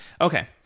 Okay